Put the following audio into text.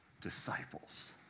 disciples